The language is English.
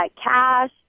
cash